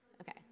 Okay